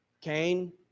Cain